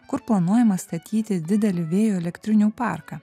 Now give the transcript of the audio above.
kur planuojama statyti didelį vėjo elektrinių parką